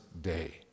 day